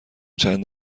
چند